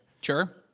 Sure